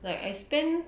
like I spend